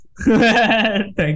thank